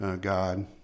God